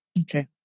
Okay